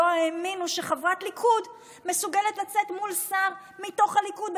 לא האמינו שחברת ליכוד מסוגלת לצאת מול שר מתוך הליכוד,